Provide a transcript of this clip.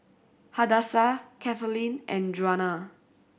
Hadassah Kathaleen and Djuana